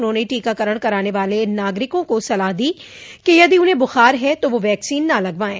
उन्होंने टीकाकरण कराने वाले नागरिकों को सलाह दी की यदि उन्हें बुखार है तो वह वैक्सीन न लगवाये